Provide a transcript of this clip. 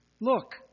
Look